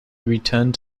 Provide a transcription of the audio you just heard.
returned